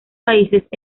países